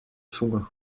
zunge